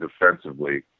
defensively